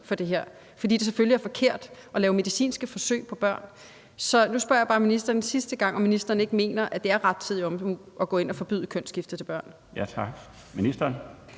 for det her, fordi det selvfølgelig er forkert at lave medicinske forsøg på børn. Så nu spørger jeg bare ministeren en sidste gang, om ministeren ikke mener, at det er rettidig omhu at gå ind at forbyde kønsskifte for børn. Kl. 13:15 Den